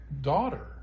daughter